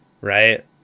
right